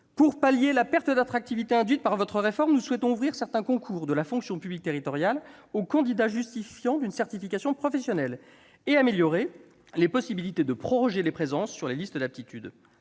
Pour pallier la perte d'attractivité induite par votre réforme, nous souhaitons ouvrir certains concours de la fonction publique territoriale aux candidats justifiant d'une certification professionnelle, et améliorer les possibilités de proroger les présences sur les listes d'aptitude.